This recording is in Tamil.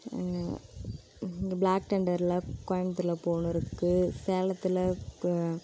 பிளாக் தண்டர் கோயம்பத்தூரில் போகணும் இருக்குது சேலத்தில் கோ